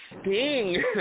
Sting